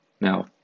Now